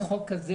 החוק הזה,